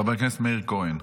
חבר הכנסת מאיר כהן.